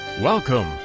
Welcome